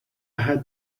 had